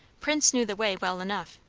prince knew the way well enough,